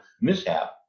mishap